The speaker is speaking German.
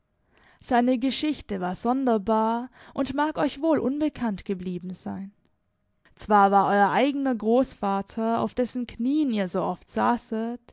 seine geschichte war sonderbar und mag euch wohl unbekannt geblieben sein zwar war euer eigener großvater auf dessen knien ihr so oft saßet